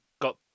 got